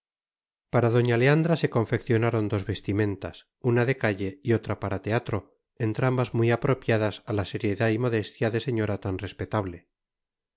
para doña leandra se confeccionaron dos vestimentas una de calle y otra para teatro entrambas muy apropiadas a la seriedad y modestia de señora tan respetable